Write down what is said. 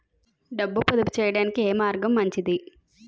డబ్బు పొదుపు చేయటానికి ఏ మార్గం మంచిది?